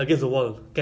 mamak food